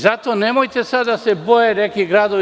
Zato nemojte sada da se boje neki gradovi.